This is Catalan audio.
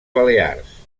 balears